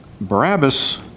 Barabbas